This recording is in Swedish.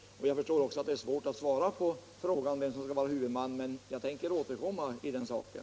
Jag förstår att det kan vara svårt att svara på frågan om vem som bör vara huvudman men jag tänker återkomma i den saken.